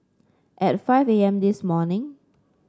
at five A M this morning